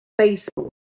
Facebook